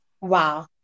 Wow